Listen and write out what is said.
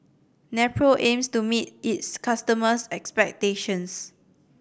Nepro aims to meet its customers expectations